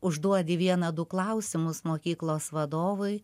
užduodi vieną du klausimus mokyklos vadovui